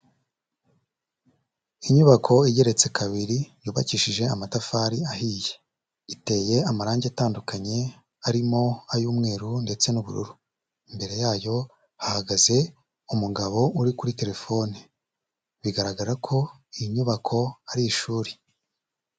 Inyubako igeretse kabiri, yubakishije amatafari ahiye. Iteye amarangi atandukanye, arimo ay'umweru ndetse n'ubururu. Imbere yayo hahagaze umugabo uri kuri telefone. Bigaragara ko iyi nyubako ari ishuri.